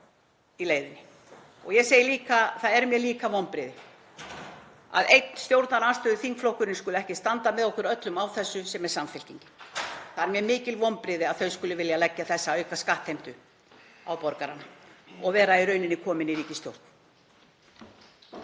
í leiðinni. Og ég segi líka: Það eru mér vonbrigði að einn stjórnarandstöðuþingflokkurinn skuli ekki standa með okkur öllum á þessu, sem er Samfylkingin. Það eru mjög mikil vonbrigði að þau skuli vilja leggja þessa aukaskattheimtu á borgarana og vera í rauninni komin í ríkisstjórn.